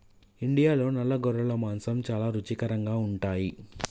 ఇండియాలో నల్ల గొర్రెల మాంసం చాలా రుచికరంగా ఉంటాయి